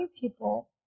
people